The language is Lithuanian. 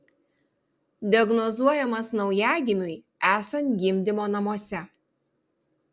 diagnozuojamas naujagimiui esant gimdymo namuose